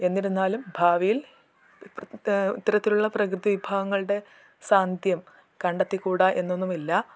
എന്നിരുന്നാലും ഭാവിയിൽ ഇത്തരത്തിലുള്ള പ്രകൃതി വിഭവങ്ങളുടെ സാന്നിധ്യം കണ്ടെത്തിക്കൂട എന്നൊന്നുമില്ല